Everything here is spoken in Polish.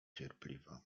cierpliwa